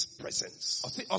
presence